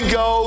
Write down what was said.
go